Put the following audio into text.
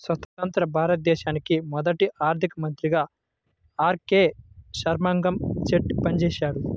స్వతంత్య్ర భారతానికి మొదటి ఆర్థిక మంత్రిగా ఆర్.కె షణ్ముగం చెట్టి పనిచేసారు